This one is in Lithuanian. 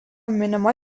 minima